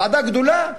ועדה גדולה,